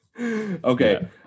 Okay